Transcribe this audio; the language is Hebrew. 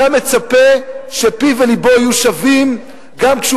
אתה מצפה שפיו ולבו יהיו שווים גם כשהוא